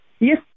Yes